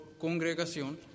congregación